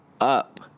up